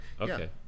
Okay